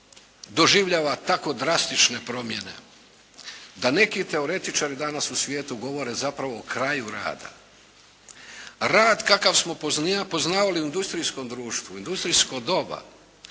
doživljava tako drastične promjene da neki teoretičari u svijetu govore zapravo kraju rada. Rad kakav smo poznavali u industrijskom društvu, u industrijsko doba,